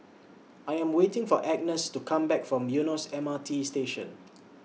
I Am waiting For Agness to Come Back from Eunos M R T Station